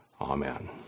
Amen